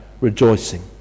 rejoicing